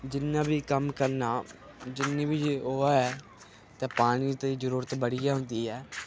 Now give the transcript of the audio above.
जिन्ना बी कम्म करना जिन्नी बी होऐ ते पानी दी जरूरत बड़ी गै होंदी ऐ